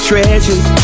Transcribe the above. treasures